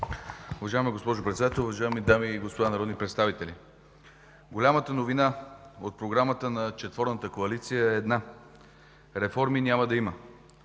Уважаема госпожо председател, уважаеми дами и господа народни представители! „Голямата новина от програмата на четворната коалиция е една – реформи няма да има.